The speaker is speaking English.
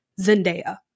Zendaya